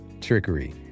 trickery